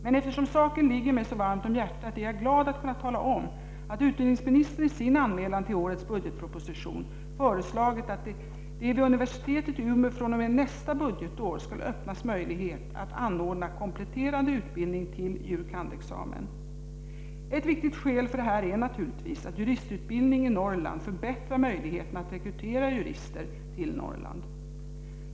Men eftersom saken ligger mig så varmt om hjärtat är jag glad att kunna tala om att utbildningsministern i sin anmälan till årets budgetproposition föreslagit att det vid universitetet i Umeå fr.o.m. nästa budgetår skall öppnas möjlighet att anordna kompletterande utbildning till jur. kand.-examen. Ett viktigt skäl för detta är naturligtvis att juristutbildning i Norrland förbättrar möjligheterna att rekrytera jurister till Norrland.